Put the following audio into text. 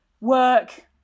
work